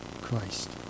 Christ